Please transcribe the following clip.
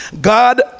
god